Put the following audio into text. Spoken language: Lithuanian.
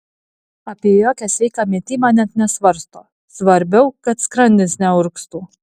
apie jokią sveiką mitybą net nesvarsto svarbiau kad skrandis neurgztų